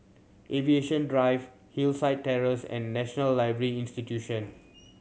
Aviation Drive Hillside Terrace and National Library Institute